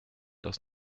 aus